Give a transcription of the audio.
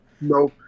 No